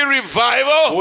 revival